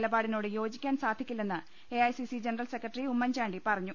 നിലപാടിനോട് യോജിക്കാൻ സാധിക്കില്ലെന്ന് AICC general secretary Oommen Chandy പറഞ്ഞു